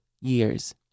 years